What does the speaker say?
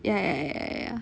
ya ya ya ya